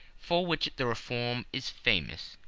for which the reform is famous.